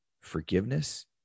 forgiveness